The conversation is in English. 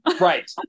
Right